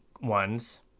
ones